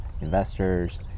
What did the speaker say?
investors